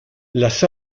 las